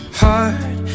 heart